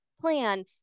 plan